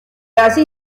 allí